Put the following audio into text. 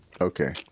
okay